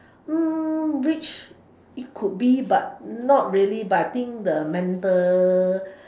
mm rich it could be but not really but I think the mental